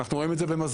אנו רואים את זה במזון.